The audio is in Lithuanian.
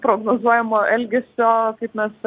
prognozuojamo elgesio kaip mes